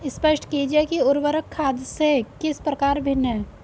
स्पष्ट कीजिए कि उर्वरक खाद से किस प्रकार भिन्न है?